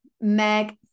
Meg